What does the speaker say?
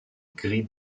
gris